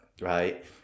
right